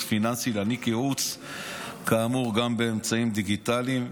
פיננסי להעניק ייעוץ כאמור גם באמצעי דיגיטלי,